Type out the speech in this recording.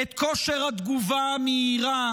את כושר התגובה המהירה?